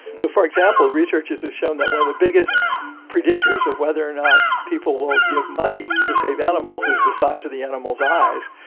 so, for example, researchers have shown that one of the biggest predictors of whether or not people will give money to save animals is the size of the animal's eyes.